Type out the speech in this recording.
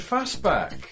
Fastback